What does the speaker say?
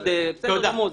בסדר גמור.